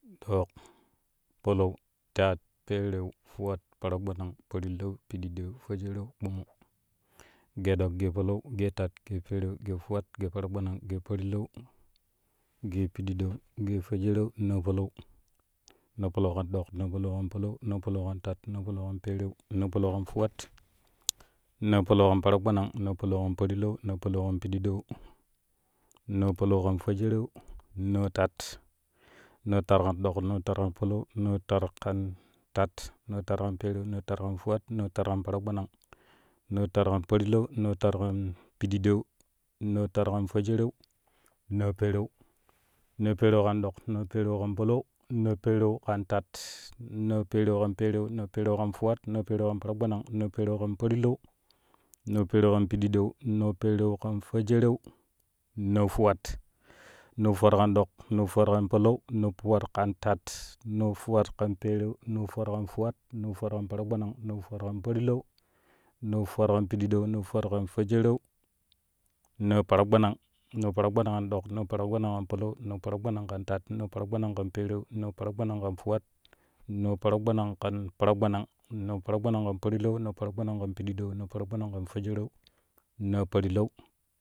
Dok, palau, tat pereu fuwat paragbanang parlau pichidou fwejeru kpumu geeɗok geepalau geetat gee pereu geefuwat gee aragbanang geeparlau geepididou geefwejereu naapalay naaplalau kan dok, naapalau kan palau naa palau kan tat naa palau kan peereu, naa palau kan fuwat, naa palau kan paragbanang naa palau kan parlau naa palau kan pididou naa palau kan fwejereu naa tat, naatat kandok, naatat kanpalau naatat kanpereu naatat kan fuwat naatat kan paragbanang naatat kan parlau naatat kan pididou naatat kan fwejereu naapereu, naapereu kan dok, naapereu kan palau naapereu kan tat naapereu kan pereu naapereu kan fuwat naapereu kan paragbanang, naapereu kan parlau naapereu kan pididou naapereu kan fwejeru naafuwat, naafuwat kan dok, naafuwat kan palau naafuwat kan tat naafuwat kan pereu naafuwat kan fuwat naafuwat kan paragbanang, naafuwat kan parlai naafuwat kan pididou, naafuwat kan fwejereu, naaparagbanang, naaparagbanang kan dok, naaparagbanang kan palau naaparagbanang kan tat naaparagbanang kan pereu naaparagbanang kan fuwat naaparagbanang kan paragbanang, naaparagbanang kan parlau, naaparagbanang kan pididou naaparagbanang kanfwejereu naa parlau.